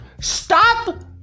Stop